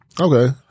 Okay